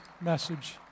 message